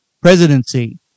presidency